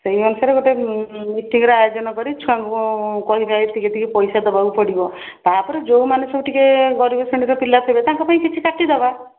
ସେଇ ଅନୁସାରେ ଗୋଟେ ମିଟିଙ୍ଗର ଆୟୋଜନ କରି ଛୁଆଙ୍କୁ କହିବା ଏତିକି ଏତିକି ପଇସା ଦେବାକୁ ପଡ଼ିବ ତା'ପରେ ଯେଉଁମାନେ ସବୁ ଟିକେ ଗରିବ ଶ୍ରେଣୀର ପିଲା ଥିବେ ତାଙ୍କ ପାଇଁ କିଛି କାଟି ଦେବା